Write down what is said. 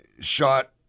shot